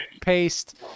paste